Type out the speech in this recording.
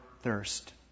thirst